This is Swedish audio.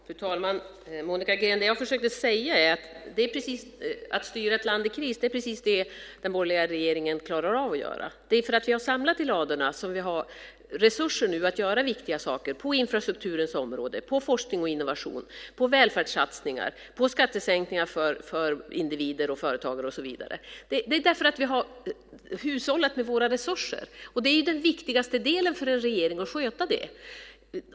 Fru talman! Monica Green! Det jag försökte säga var: Att styra ett land i kris är precis det som den borgerliga regeringen klarar av att göra. Det är för att vi har samlat i ladorna som vi nu har resurser att göra viktiga saker på infrastrukturens område, när det gäller forskning och innovation, välfärdssatsningar, skattesänkningar för individer och företagare och så vidare. Så är det därför att vi har hushållat med våra resurser. Det är den viktigaste delen för en regering, att sköta det.